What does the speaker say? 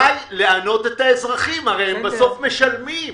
די לענות את האזרחים, הרי בסוף הם משלמים.